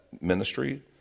ministry